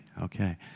okay